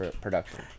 production